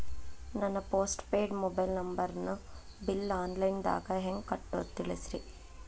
ನನ್ನ postpaid mobile ನಂಬರನ್ನು bill online ದಾಗ ಹೆಂಗ್ ಕಟ್ಟೋದು ತಿಳಿಸ್ರಿ